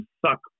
suck